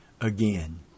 again